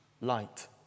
light